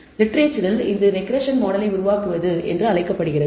எனவே இலக்கியத்தில் இது ரெக்ரெஸ்ஸன் மாடலை உருவாக்குவது என்று அழைக்கப்படுகிறது